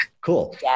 Cool